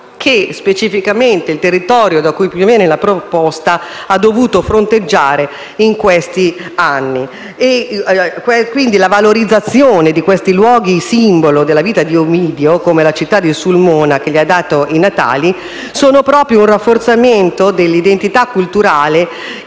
che specificamente il territorio da cui proviene la proposta ha dovuto fronteggiare in questi anni. La valorizzazione di questi luoghi, simbolo della vita di Ovidio, come la città di Sulmona che gli ha dato i natali, sono proprio il rafforzamento dell'identità culturale